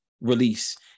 release